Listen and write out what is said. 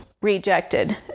Rejected